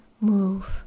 move